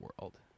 world